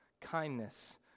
kindness